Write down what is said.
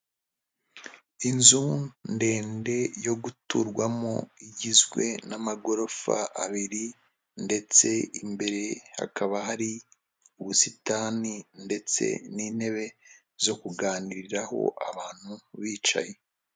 Inzu ndende yo guturwamo, igizwe n'amagorofa abiri, ndetse imbere hakaba hari ubusitani ndetse n'intebe zo kuganiriraho, abantu bicaye.